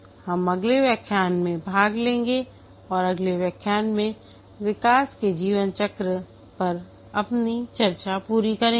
हम अगले व्याख्यान में भाग लेंगे और अगले व्याख्यान में विकास के जीवन चक्र पर अपनी चर्चा पूरी करेंगे